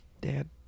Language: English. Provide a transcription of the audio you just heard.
Dad